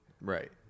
Right